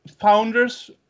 founders